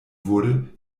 wurde